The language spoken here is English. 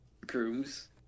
Grooms